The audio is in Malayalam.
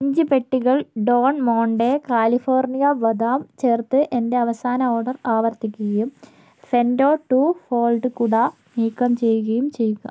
അഞ്ച് പെട്ടികൾ ഡോൺ മോണ്ടെ കാലിഫോർണിയ ബദാം ചേർത്ത് എന്റെ അവസാന ഓർഡർ ആവർത്തിക്കുകയും ഫെൻഡോ ടു ഫോൾഡ് കുട നീക്കം ചെയ്യുകയും ചെയ്യുക